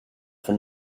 for